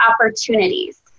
opportunities